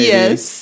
Yes